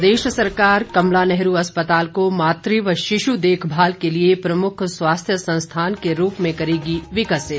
प्रदेश सरकार कमला नेहरू अस्पताल को मात व शिश देखभाल के लिए प्रमुख स्वास्थ्य संस्थान के रूप में करेगी विकसित